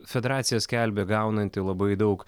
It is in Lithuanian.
federacija skelbia gaunanti labai daug